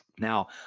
Now